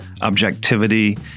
Objectivity